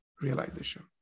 realization